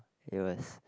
it was